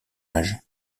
âge